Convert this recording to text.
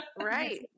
Right